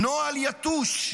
"נוהל יתוש",